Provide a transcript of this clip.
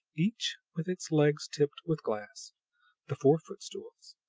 each with its legs tipped with glass the four footstools,